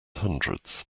hundreds